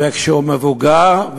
וכשהוא מבוגר,